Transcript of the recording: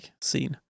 scene